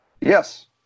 Yes